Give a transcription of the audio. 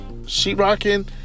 sheetrocking